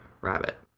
rabbit